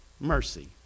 mercy